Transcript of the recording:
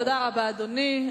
תודה רבה, אדוני.